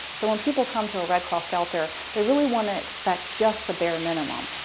so when people come to a red cross shelter, they really want to expect just the bare minimum.